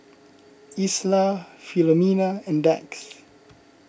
Isla Filomena and Dax